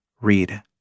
read